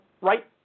right